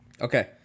Okay